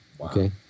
okay